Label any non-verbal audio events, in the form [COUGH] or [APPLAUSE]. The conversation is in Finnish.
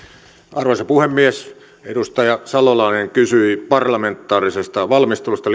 arvoisa puhemies edustaja salolainen kysyi parlamentaarisesta valmistelusta [UNINTELLIGIBLE]